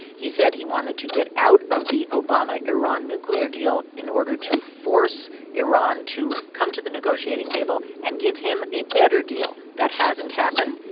he said he wanted to get out of the obama iran nuclear deal in order to force iran to come to the negotiating table and give him a better deal. that hasn't happened.